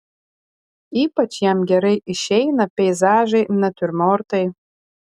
ypač jam gerai išeina peizažai natiurmortai